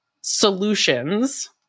solutions